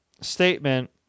statement